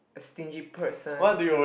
stingy person